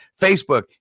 Facebook